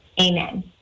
Amen